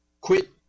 quit